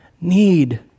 need